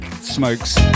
smokes